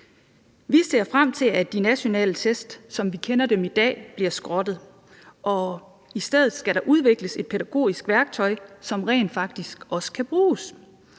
Vi ser frem til, at de nationale test, som vi kender dem i dag, bliver skrottet, og i stedet skal der udvikles et pædagogisk værktøj, som rent faktisk også kan bruges.